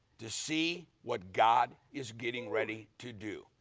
to see what god is getting ready to do.